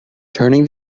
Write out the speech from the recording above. turning